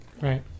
Right